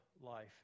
life